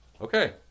Okay